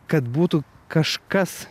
kad būtų kažkas